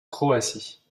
croatie